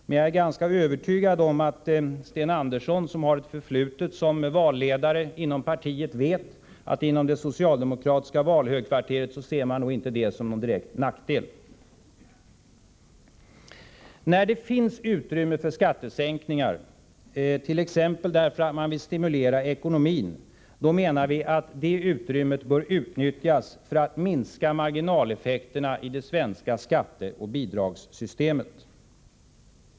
Men jag är ganska övertygad om att Sten Andersson — som har ett förflutet som valledare i partiet — vet att man i det socialdemokratiska valhögkvarteret nog inte ser detta som någon direkt nackdel. När det finns utrymme för skattesänkningar, t.ex. därför att man vill stimulera ekonomin, bör detta utrymme utnyttjas för att minska marginaleffekterna i det svenska skatteoch bidragssystemet.